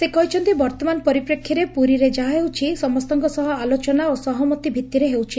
ସେ କହିଛନ୍ତି ବର୍ଭମାନ ପରିପ୍ରେକ୍ଷୀରେ ପୁରୀରେ ଯାହା ହେଉଛି ସମସ୍ତଙ୍କ ସହ ଅଲୋଚନା ଓ ସହମତି ଭିଭିରେ ହେଉଛି